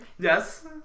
Yes